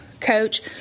coach